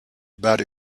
that